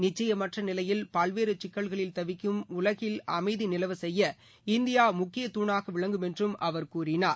நிச்சயமற்ற நிலையில் பல்வேறு சிக்கல்களில் தவிக்கும் உலகில் அமைதி நிலவ செய்ய இந்தியா முக்கிய தூணாக விளங்கும் என்றும் அவர் கூறினார்